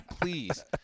please